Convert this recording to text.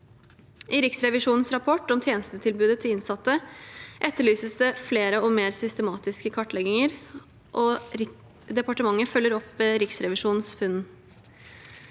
I Riksrevisjonens rapport om tjenestetilbudet til innsatte etterlyses det flere og mer systematiske kartlegginger, og departementet følger opp Riksrevisjonens funn.